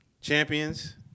Champions